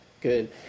Good